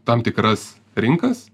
tam tikras rinkas